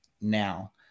now